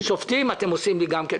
שופטים אתם עושים לי גם כן.